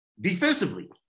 defensively